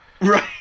Right